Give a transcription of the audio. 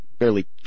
barely